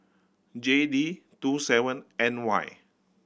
J D two seven N Y